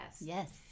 yes